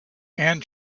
and